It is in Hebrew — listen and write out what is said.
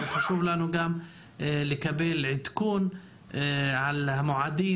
אבל חשוב לנו גם לקבל עדכון על המועדים